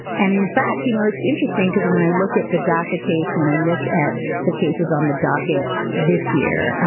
and in fact, you know, it's interesting because when i look at the daca case, when i look at the cases on the docket this year,